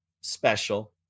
special